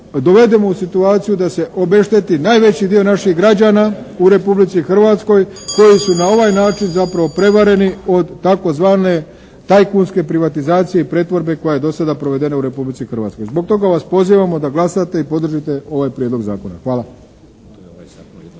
dovedemo u situaciju da se obešteti najveći dio naših građana u Republici Hrvatskoj koji su na ovaj način zapravo prevareni od tzv. tajkunske privatizacije i pretvorbe koja je do sada provedena u Republici Hrvatskoj. Zbog toga vas pozivamo da glasate i podržite ovaj prijedlog zakona. Hvala.